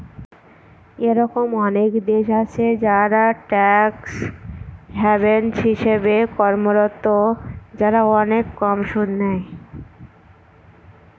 এরকম অনেক দেশ আছে যারা ট্যাক্স হ্যাভেন হিসেবে কর্মরত, যারা অনেক কম সুদ নেয়